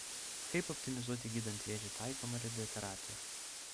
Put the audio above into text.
kaip optimizuoti gydant vėžį taikomą radioterapiją